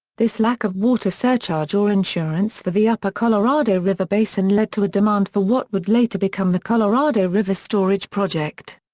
this lack of water surcharge or insurance for the upper colorado river basin led to a demand for what would later become the colorado river storage project.